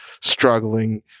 struggling